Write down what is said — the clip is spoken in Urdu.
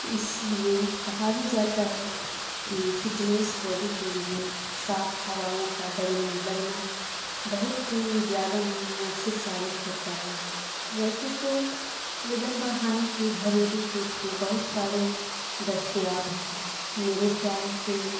اس لیے کہا بھی جاتا ہے کہ فٹنیس باڈی کے لیے صاف ہواؤں کا بدن میں لگنا بہت زیادہ مؤثر ثابت ہوتا ہے ویسے تو وزن بڑھانے کے گھریلو ٹوٹکے بہت سارے دستیاب ہیں میرے خیال سے